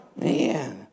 man